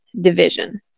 division